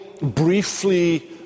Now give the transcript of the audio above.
briefly